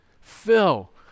Phil